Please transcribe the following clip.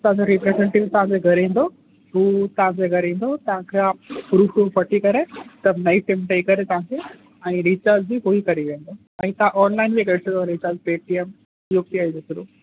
असांजो रिप्रजेंटिव तव्हांजे घर ईंदो हू तव्हांजे घर ईंदो तव्हांखां प्रूफ़ वूफ़ वठी करे सभु नई सिम ॾई करे तव्हांखे ऐं रीचार्ज बि हूअ ई करी वेंदव ऐं तव्हां ऑनलाइन बि करे था सघो recharge Paytm U P I जे थ्रू